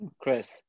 Chris